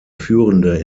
führende